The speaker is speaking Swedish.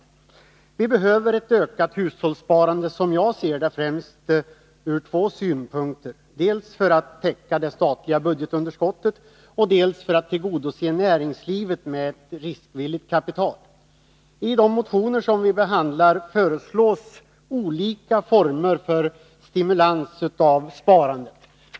Som jag ser det behöver vi ett ökat hushållssparande främst från två synpunkter, dels för att täcka det statliga budgetunderskottet, dels för att tillgodose näringslivet med riskvilligt kapital. I de motioner som vi behandlar föreslås olika former för stimulans av sparandet.